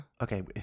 Okay